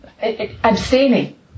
Abstaining